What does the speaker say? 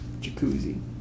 jacuzzi